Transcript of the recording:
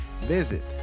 visit